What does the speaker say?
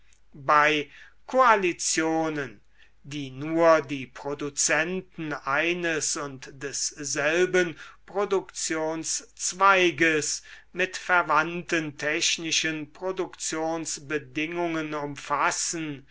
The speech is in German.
bei koalitionen die nur die produzenten eines und desselben produktionszweiges mit verwandten technischen produktionsbedingungen umfassen